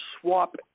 swap